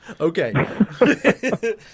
Okay